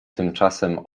tymczasem